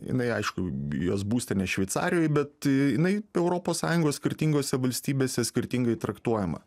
jinai aišku bi jos būstinės šveicarijoj bet į jinai europos sąjungos skirtingose valstybėse skirtingai traktuojama